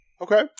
Okay